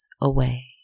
away